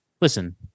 listen